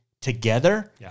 together